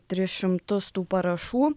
tris šimtus tų parašų